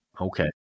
okay